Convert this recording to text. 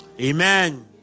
Amen